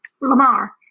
Lamar